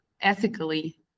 ethically